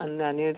अन् आणि